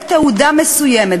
בתעודה מסוימת,